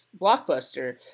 Blockbuster